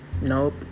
Nope